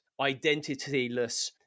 identityless